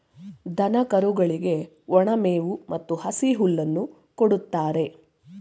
ದನ ಕರುಗಳಿಗೆ ಒಣ ಮೇವು ಮತ್ತು ಹಸಿ ಹುಲ್ಲನ್ನು ಕೊಡುತ್ತಾರೆ